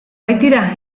baitira